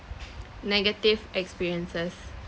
negative experiences